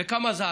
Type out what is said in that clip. וקמה זעקה.